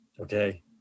Okay